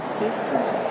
sister's